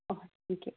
ꯑꯍꯣꯏ ꯊꯦꯡꯀ꯭ꯌꯨ